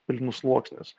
pelenų sluoksnis